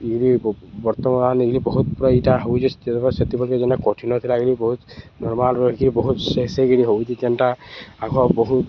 ଏଇରି ବର୍ତ୍ତମାନ ଇରି ବହୁତ୍ ପୁରା ଇଟା ହଉଛେ ସେଥିପ୍ରତି ଯେନ୍ଟା କଠିନ ଥିଲା ଆରି ବହୁତ୍ ନର୍ମାଲ୍ ରହିକିରି ବହୁତ୍ ସେ ସେ କିରି ହଉଚି ଯେନ୍ଟା ଆଗ ବହୁତ୍